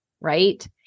right